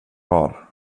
har